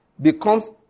becomes